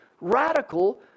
radical